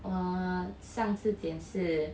我上次剪是